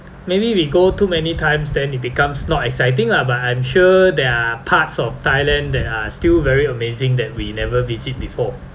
maybe we go too many times then it becomes not exciting lah but I'm sure there are parts of thailand that are still very amazing that we never visit before